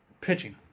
pitching